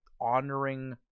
honoring